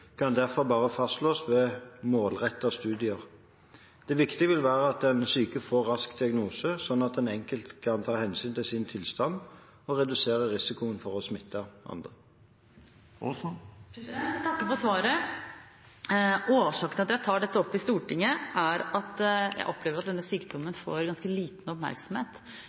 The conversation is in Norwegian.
kan derfor bare fastslås ved målrettede studier. Det viktige vil være at den syke får rask diagnose, sånn at en enkelt kan ta hensyn til sin tilstand og redusere risikoen for å smitte andre. Jeg takker for svaret. Årsaken til at jeg tar dette opp i Stortinget, er at jeg opplever at denne sykdommen får ganske liten oppmerksomhet